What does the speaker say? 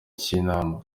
cy’inama